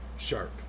Sharp